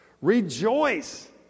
Rejoice